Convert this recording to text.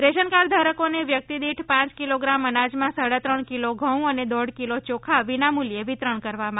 ration card ધારકોને વ્યક્તિદીઠ પ કિલોગ્રામ અનાજમાં સાડા ત્રણ કિલો ધઉં અને દોઢ કિલો યોખા વિનામુલ્યે વિતરણ કરવામાં આવશે